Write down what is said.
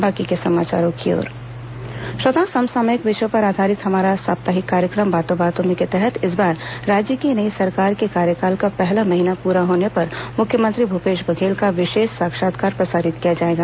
बातों बातों में श्रोताओं समसामयिक विषयों पर आधारित हमारा साप्ताहिक कार्यक्रम बातों बातों में के तहत इस बार राज्य की नई सरकार के कार्यकाल का पहला महीना पूरा होने पर मुख्यमंत्री भूपेश बघेल का विशेष साक्षात्कार प्रसारित किया जाएगा